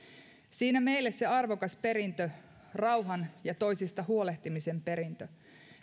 siinä meille se arvokas perintö rauhan ja toisista huolehtimisen perintö